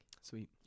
Sweet